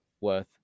worth